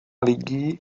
lidí